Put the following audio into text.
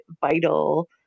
vital